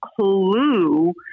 clue